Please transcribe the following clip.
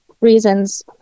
reasons